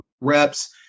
reps